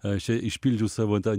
aš čia išpildžiau savo tą